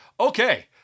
Okay